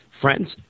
friends